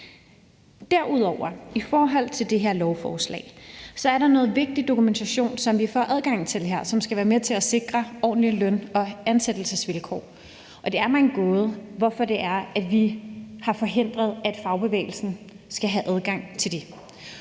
er der i forhold til det her lovforslag noget vigtig dokumentation, som vi får adgang til her, og som skal være med til at sikre ordentlige løn- og ansættelsesvilkår. Det er mig en gåde, hvorfor vi har forhindret, at fagbevægelsen skal have adgang til det.